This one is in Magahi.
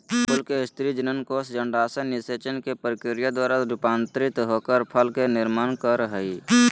फूल के स्त्री जननकोष अंडाशय निषेचन के प्रक्रिया द्वारा रूपांतरित होकर फल के निर्माण कर हई